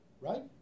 right